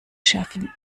schaffen